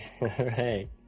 right